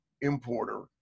importer